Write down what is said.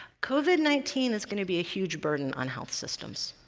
covid nineteen is going to be a huge burden on health systems.